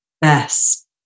best